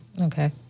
Okay